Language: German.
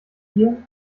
hier